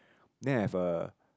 then I have a